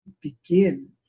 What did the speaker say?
begin